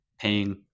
paying